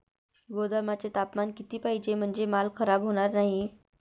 गोदामाचे तापमान किती पाहिजे? म्हणजे माल खराब होणार नाही?